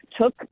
took